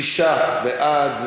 שישה בעד,